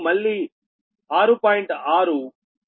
6 ∆ వైపు వచ్చి 115